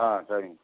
ஆ சரிங்க